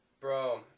Bro